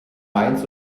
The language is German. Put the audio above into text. mainz